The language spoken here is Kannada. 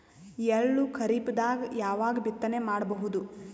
ಎಳ್ಳು ಖರೀಪದಾಗ ಯಾವಗ ಬಿತ್ತನೆ ಮಾಡಬಹುದು?